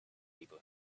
people